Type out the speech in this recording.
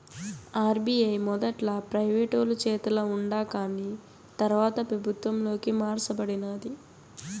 RBI మొదట్ల ప్రైవేటోలు చేతల ఉండాకాని తర్వాత పెబుత్వంలోకి మార్స బడినాది